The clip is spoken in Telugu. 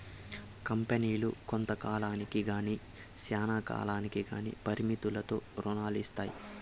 కంపెనీలు కొంత కాలానికి గానీ శ్యానా కాలంకి గానీ పరిమితులతో రుణాలు ఇత్తాయి